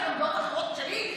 ויש לה גם דעות אחרות משלי,